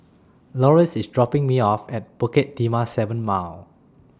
Loris IS dropping Me off At Bukit Timah seven Mile